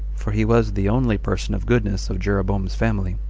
for he was the only person of goodness of jeroboam's family.